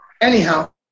anyhow